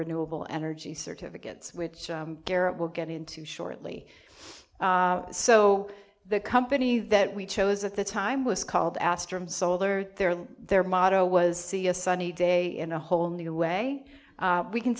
renewable energy certificates which garrett will get into shortly so the company that we chose at the time was called asked their motto was see a sunny day in a whole new way we can